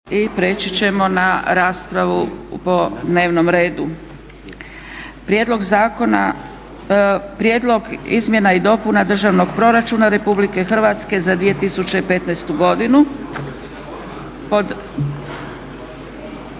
i prijeći ćemo na raspravu po dnevnom redu. 10. Prijedlog izmjena i dopuna Državnog proračuna Republike Hrvatske za 2015. godinu: